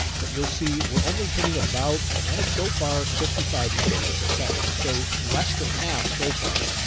but you'll see, we're only hitting about, well, so far fifty five megabits per second, so less than half so far,